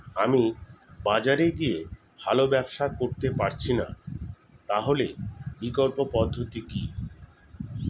আমি বাজারে গিয়ে ভালো ব্যবসা করতে পারছি না তাহলে বিকল্প পদ্ধতি কি?